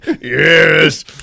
Yes